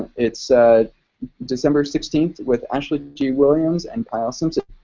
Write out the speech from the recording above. it's december sixteen with ashley g. williams and kyle simpson.